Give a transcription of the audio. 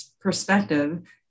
perspective